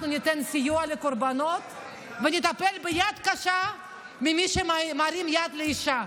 אנחנו ניתן סיוע לקורבנות ונטפל ביד קשה במי שמרים יד על אישה.